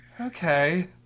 Okay